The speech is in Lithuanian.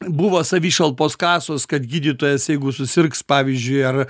buvo savišalpos kasos kad gydytojas jeigu susirgs pavyzdžiui ar